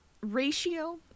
ratio